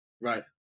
Right